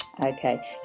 Okay